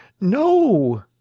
No